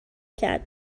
کرد